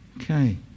Okay